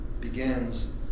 begins